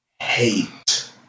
hate